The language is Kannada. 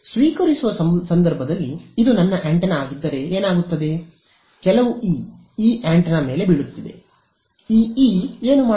ಸ್ವೀಕರಿಸುವ ಸಂದರ್ಭದಲ್ಲಿ ಇದು ನನ್ನ ಆಂಟೆನಾ ಆಗಿದ್ದರೆ ಏನಾಗುತ್ತದೆ ಕೆಲವು ಇ ಈ ಆಂಟೆನಾ ಮೇಲೆ ಬೀಳುತ್ತಿದೆ ಈ ಇ ಏನು ಮಾಡುತ್ತದೆ